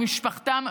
ממשפחתם,